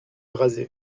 raser